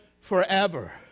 forever